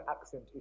accent